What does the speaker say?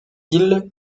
îles